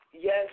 Yes